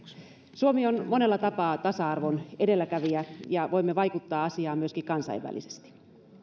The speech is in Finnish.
suomi on monella tapaa tasa arvon edelläkävijä ja voimme vaikuttaa asiaan myöskin kansainvälisesti